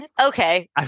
Okay